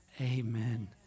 Amen